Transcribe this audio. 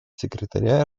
секретаря